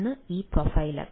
ഒന്ന് ഈ പ്രൊഫൈലർ